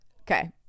Okay